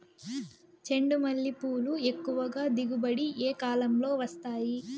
చెండుమల్లి పూలు ఎక్కువగా దిగుబడి ఏ కాలంలో వస్తాయి